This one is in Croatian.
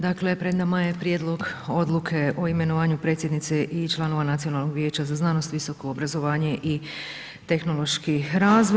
Dakle pred nama je prijedlog Odluke o imenovanju predsjednice i članova Nacionalnog vijeća za znanost, visoko obrazovanje i tehnološki razvoj.